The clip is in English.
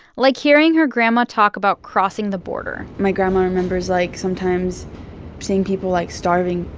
like hearing her grandma talk about crossing the border my grandma remembers, like, sometimes seeing people, like, starving,